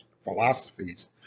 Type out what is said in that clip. philosophies